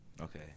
Okay